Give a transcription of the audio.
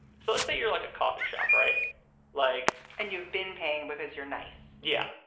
so let's say you're like a coffee shop right like and you've been paying because your nice yeah.